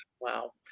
Wow